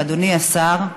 ואדוני השר,